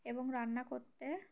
এবং রান্না করতে